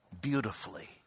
beautifully